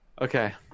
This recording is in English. Okay